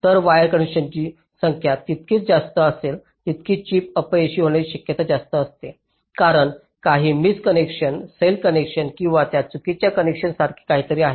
तर वायर कनेक्शनची संख्या जितकी जास्त असेल तितकी चिप अपयशी होण्याची शक्यता जास्त असते कारण काही मिस कनेक्शन सैल कनेक्शन किंवा त्या चुकीच्या कनेक्शनसारखे काहीतरी आहे